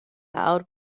nawr